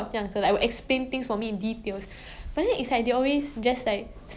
then last two episode suddenly the problem like 不见去 then you are like